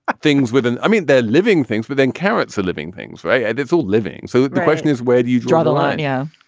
things within i mean, they're living things, but then karatz are living things, right? it's all living. so the question is, where do you draw the line? yeah.